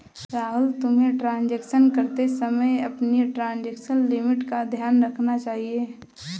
राहुल, तुम्हें ट्रांजेक्शन करते समय अपनी ट्रांजेक्शन लिमिट का ध्यान रखना चाहिए